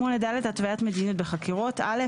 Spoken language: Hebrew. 8ד. (א)